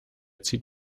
zieht